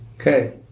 Okay